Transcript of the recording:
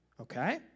Okay